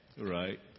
Right